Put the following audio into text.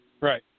Right